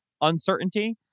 uncertainty